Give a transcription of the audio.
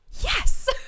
yes